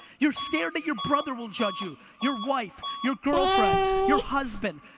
you're scared that your brother will judge you, your wife, your girlfriend, your husband,